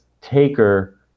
Taker